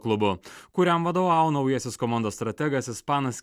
klubu kuriam vadovavo naujasis komandos strategas ispanas